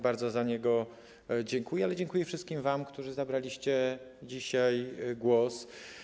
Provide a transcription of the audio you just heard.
Bardzo za niego dziękuję, ale dziękuję też wszystkim innym, którzy zabraliście dzisiaj głos.